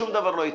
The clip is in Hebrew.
שום דבר לא יתקע.